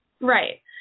Right